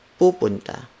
pupunta